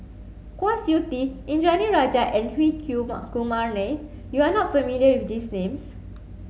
Kwa Siew Tee Indranee Rajah and Hri Kumar Nair you are not familiar with these names